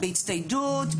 בהצטיידות,